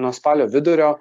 nuo spalio vidurio